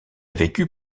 vécu